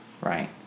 right